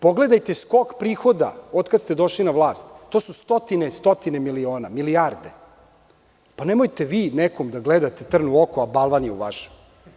Pogledajte skok prihoda, od kada ste došli na vlasti, to su stotine miliona i milijarde i nemojte vi nekome da gledate trn u oku, a balvani u vašem.